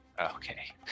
Okay